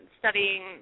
studying